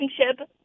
relationship